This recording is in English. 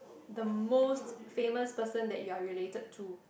the most famous person that you're related to